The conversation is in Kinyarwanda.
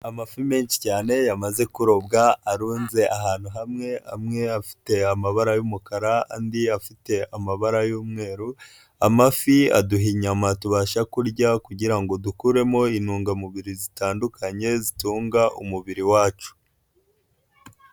Amafi menshi cyane yamaze kurobwa, arunze ahantu hamwe, amwe afite amabara y'umukara andi afite amabara y'umweru, amafi aduha inyama tubasha kurya kugira ngo dukuremo intungamubiri zitandukanye zitunga umubiri wacu.